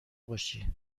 باشی